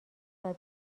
زده